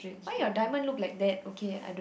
why your diamond look like that okay I don't